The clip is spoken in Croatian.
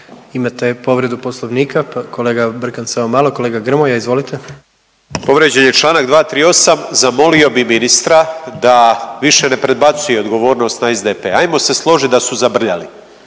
Imate povredu poslovnika, kolega Brkan samo malo. Kolega Grmoja izvolite. **Grmoja, Nikola (MOST)** Povrijeđen je čl. 238., zamolio bi ministra da više ne predbacuje odgovornost na SDP, ajmo se složit da su zabrljali,